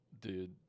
Dude